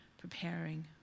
preparing